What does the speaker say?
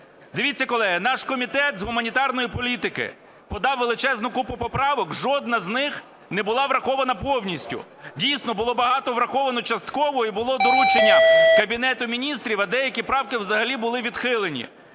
Дивіться, колеги, наш Комітет з гуманітарної політики подав величезну купу поправок, жодна з них не була врахована повністю. Дійсно було багато враховано частково і було доручення Кабінету Міністрів, а деякі правки взагалі були відхилені.